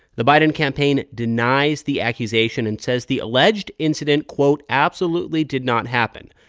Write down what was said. the biden campaign denies the accusation and says the alleged incident, quote, absolutely did not happen.